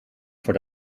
voor